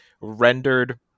rendered